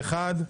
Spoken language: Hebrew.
פה אחד.